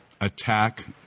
attack